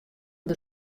der